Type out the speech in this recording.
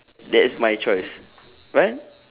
that's my choice what